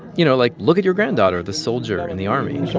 you know, like, look at your granddaughter, the soldier in the army